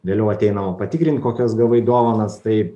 vėliau ateinama patikrint kokias gavai dovanas tai